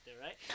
right